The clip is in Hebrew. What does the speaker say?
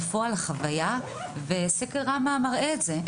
בפועל החוויה וסקר ראמ"ה מראה את זה.